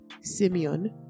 Simeon